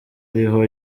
ariho